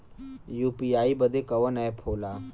UPI बदे कवन app होला?